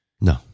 No